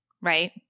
right